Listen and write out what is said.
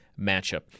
matchup